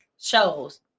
Shows